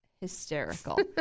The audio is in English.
hysterical